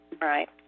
Right